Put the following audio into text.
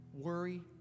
worry